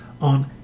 on